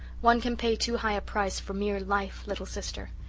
one can pay too high a price for mere life, little sister.